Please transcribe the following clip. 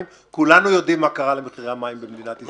- כולנו יודעי מה קרה למחירי המים במדינת ישראל.